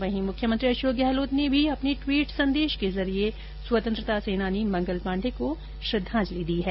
वहीं मुख्यमंत्री अशोक गहलोत ने भी अपने ट्वीट संदेश के जरिये स्वतंत्रता सेनानी मंगल पाण्डे को श्रद्वांजलि दी है